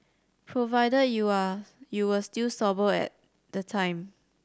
provided you are you were still sober at the time